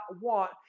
want